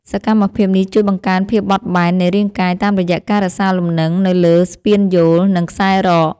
សកម្មភាពនេះជួយបង្កើនភាពបត់បែននៃរាងកាយ តាមរយៈការរក្សាលំនឹងនៅលើស្ពានយោល និងខ្សែរ៉ក។